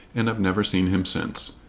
and i've never seen him since.